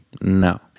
No